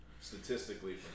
Statistically